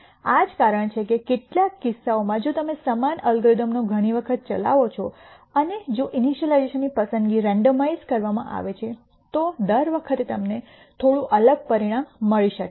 આ જ કારણ છે કે કેટલાક કિસ્સાઓમાં જો તમે સમાન અલ્ગોરિધમનો ઘણી વખત ચલાવો છો અને જો ઇનિશલાઇઝેશન ની પસંદગી રેન્ડમાઇઝ કરવામાં આવે છે તો દર વખતે તમને થોડું અલગ પરિણામ મળી શકે છે